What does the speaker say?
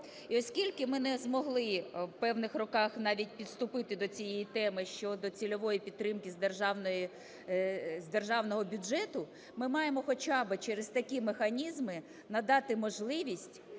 оскільки ми не змогли в певних роках навіть підступити до цієї теми, щодо цільової підтримки з державного бюджету, ми маємо хоча би через такі механізми надати можливість